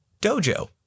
dojo